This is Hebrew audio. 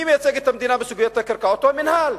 מי שמייצג את המדינה בסוגיית הקרקעות הוא המינהל.